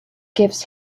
gives